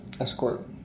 Escort